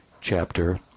chapter